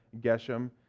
Geshem